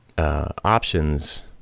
Options